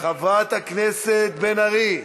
חברת הכנסת בן ארי?